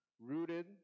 rooted